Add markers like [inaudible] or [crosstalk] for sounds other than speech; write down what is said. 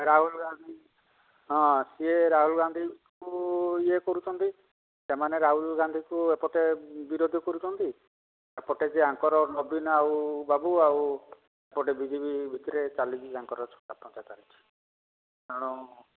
ରାହୁଲ ଗାନ୍ଧୀ ହଁ ସିଏ ରାହୁଲ ଗାନ୍ଧୀକୁ ଇଏ କରୁଛନ୍ତି ସେମାନେ ରାହୁଲ ଗାନ୍ଧୀକୁ ଏପଟେ ବିରୋଧ କରୁଛନ୍ତି ଏପଟେ ଯେ ୟାଙ୍କର ନବୀନ ଆଉ ବାବୁ ଆଉ ଏପଟେ ବି ଜେ ବି ଭିତରେ ଚାଲିଛି ତାଙ୍କର [unintelligible] ତେଣୁ